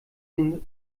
sie